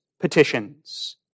petitions